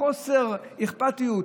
בחוסר אכפתיות.